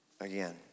again